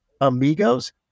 Amigos